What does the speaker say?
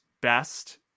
best